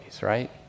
right